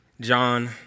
John